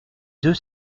deux